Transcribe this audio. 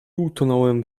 utonąłem